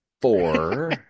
Four